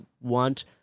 want